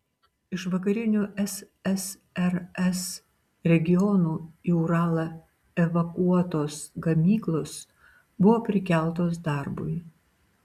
iš vakarinių ssrs regionų į uralą evakuotos gamyklos buvo prikeltos darbui